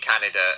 Canada